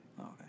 okay